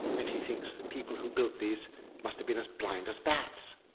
and he thinks the people who built these must've been as blind as bats.